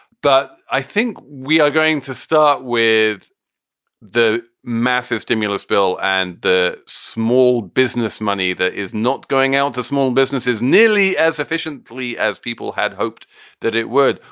but i think we are going to start with the massive stimulus bill and the small business money that is not going out to small businesses nearly as efficiently as people had hoped that it would.